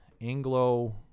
Anglo